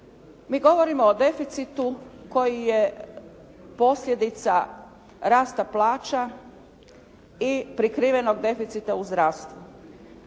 Mi govorimo o deficitu koji je posljedica rasta plaća i prikrivenog deficita u zdravstvu,